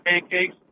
pancakes